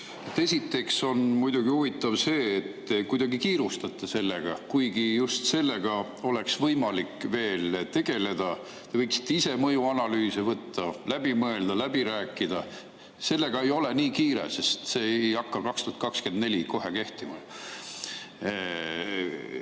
Esiteks on muidugi huvitav see, et te kuidagi kiirustate sellega, kuigi just sellega oleks võimalik veel tegeleda. Te võiksite ise mõjuanalüüse teha, läbi mõelda ja läbi rääkida. Selle [muudatusega] ei ole nii kiire, sest see ei hakka kehtima